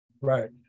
Right